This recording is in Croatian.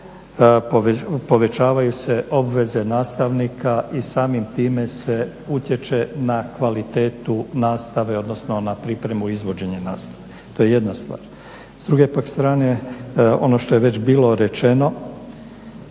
povećavaju se obveze nastavnika i samim time se utječe na kvalitetu nastave odnosno na pripremu izvođenja nastave. To je jedna stvar. S druge pak strane, ono što je već bilo rečeno,